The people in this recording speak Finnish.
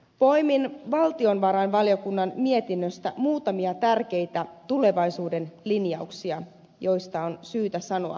poimin valtiovarainvaliokunnan mietinnöstä muutamia tärkeitä tulevaisuuden linjauksia joista on syytä sanoa jotain